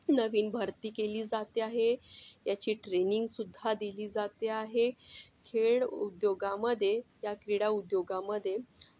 नवीन भरती केली जाते आहे याची ट्रेनिंगसुद्धा दिली जाते आहे खेळ उद्योगामध्ये या क्रीडा उद्योगामध्ये